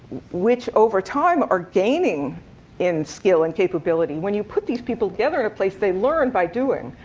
which, over time, are gaining in skill and capability when you put these people together in a place, they learn by doing.